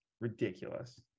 Ridiculous